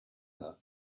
her